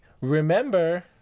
remember